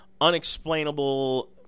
unexplainable